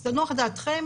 אז תנוח דעתכם,